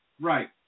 Right